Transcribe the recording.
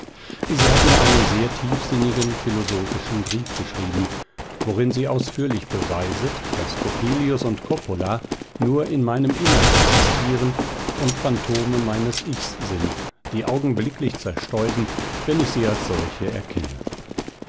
sie hat mir einen sehr tiefsinnigen philosophischen brief geschrieben worin sie ausführlich beweiset daß coppelius und coppola nur in meinem innern existieren und phantome meines ichs sind die augenblicklich zerstäuben wenn ich sie als solche erkenne